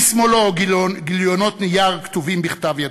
משמאלו גיליונות נייר כתובים בכתב-ידו.